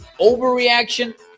overreaction